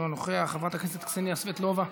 חברת הכנסת קסניה סבטלובה,